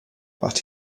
but